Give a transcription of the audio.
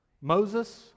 Moses